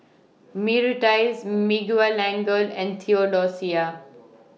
Myrtice Miguelangel and Theodosia